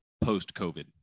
post-covid